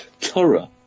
Torah